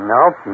Nope